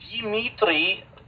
Dimitri